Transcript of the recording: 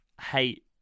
hate